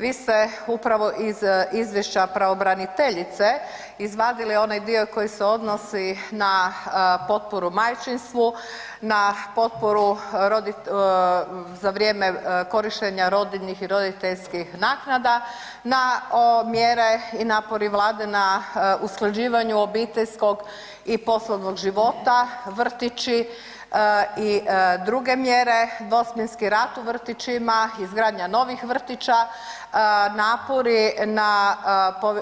Vi ste upravo iz Izvješća pravobraniteljice izvadili onaj dio koji se odnosi na potporu majčinstvu, na potporu za vrijeme korištenja rodiljnih i roditeljskih naknada, na mjere i napore Vlade na usklađivanju obiteljskog i poslovnog života, … …vrtići i druge mjere, dvosmjenski rad u vrtićima, izgradnja novih vrtića, napori na,